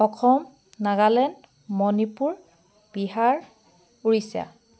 Assam Nagaland Manipur Bihar Orissa